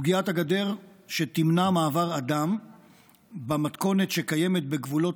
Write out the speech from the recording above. גדר שתמנע מעבר אדם במתכונת שקיימת בגבולות